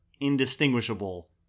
indistinguishable